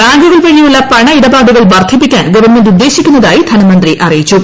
ബാങ്കുകൾ വഴിയുള്ള പണ ഇടപാടുകൾ വർദ്ധിപ്പിക്കാൻ ഗവൺമെന്റ് ഉദ്ദേശിക്കുന്നതായി ധനമന്ത്രി അറിയിച്ചു